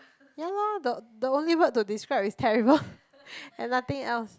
ya lor the the only word to describe is terrible and nothing else